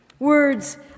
Words